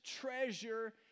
treasure